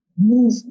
move